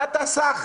מה אתה סח?